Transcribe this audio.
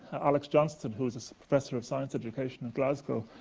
alex johnstone, who was a professor of science education in glasgow,